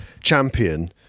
champion